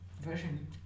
version